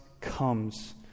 comes